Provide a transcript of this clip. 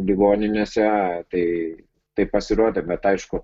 ligoninėse tai taip pasirodė bet aišku